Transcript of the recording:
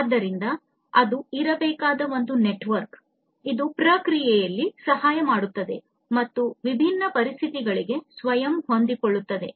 ಆದ್ದರಿಂದ ಅದು ಇರಬೇಕಾದ ಒಂದು ನೆಟ್ವರ್ಕ್ ಇದು ಪ್ರಕ್ರಿಯೆಯಲ್ಲಿ ಸಹಾಯ ಮಾಡುತ್ತದೆ ಮತ್ತು ವಿಭಿನ್ನ ಪರಿಸ್ಥಿತಿಗಳಿಗೆ ಸ್ವಯಂ ಹೊಂದಿಕೊಳ್ಳುತ್ತದೆ